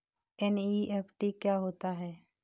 NEFT क्या होता है?